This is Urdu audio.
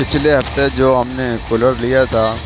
پچھلے ہفتے جو ہم نے کولر لیا تھا